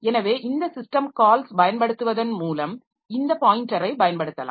எனவே இந்த system calls பயன்படுத்துவதன் மூலம் இந்த பாயின்டரை பயன்படுத்தலாம்